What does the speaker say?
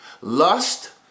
Lust